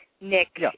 Nick